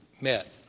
met